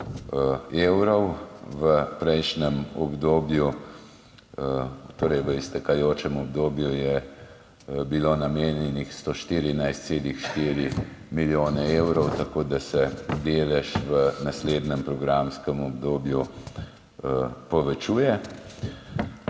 evrov. V prejšnjem obdobju, torej v iztekajočem obdobju, je bilo namenjenih 114,4 milijone evrov. Tako da se delež v naslednjem programskem obdobju povečuje.